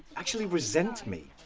actually resent me.